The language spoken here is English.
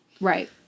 Right